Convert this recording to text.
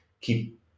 keep